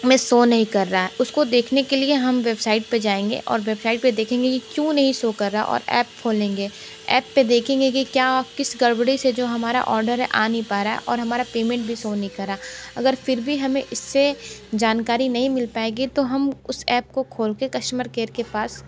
में सो नहीं कर रहा उसको देखने के लिए हम वेबसाइट पे जाएंगे और वेबसाईट पे देखेंगे कि क्यों नहीं सो कर रहा और ऐप खोलेंगे ऐप पे देखेंगे की क्या किस गड़बड़ी से जो हमारा ओडर है आ नहीं पा रहा और हमारा पेमेंट भी नहीं सो कर रहा अगर फ़िर भी हमें इससे जानकारी नहीं मिल पाएगी तो हम उस ऐप को खोल के कस्टमर केयर के पास